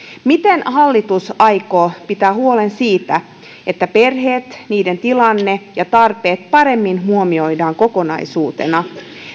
miten hallitus aikoo pitää huolen siitä että perheet niiden tilanne ja tarpeet paremmin huomioidaan kokonaisuutena